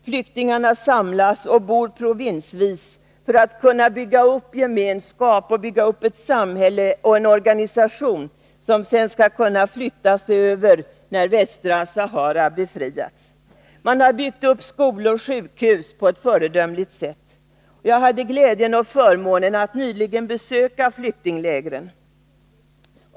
Flyktingarna samlas och bor provinsvis för att i gemenskap kunna bygga upp ett samhälle och en organisation, som sedan skall kunna flyttas över när Västra Sahara befriats. Man har byggt upp skolor och sjukhus på ett föredömligt sätt. Jag hade nyligen glädjen och förmånen att besöka flyktinglägren.